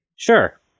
Sure